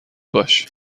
باش